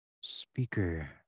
speaker